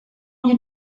you